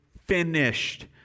finished